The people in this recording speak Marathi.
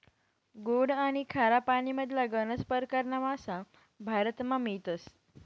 गोड आनी खारा पानीमधला गनज परकारना मासा भारतमा मियतस